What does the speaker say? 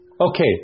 Okay